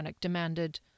demanded